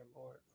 Lord